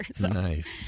Nice